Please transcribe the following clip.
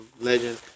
legend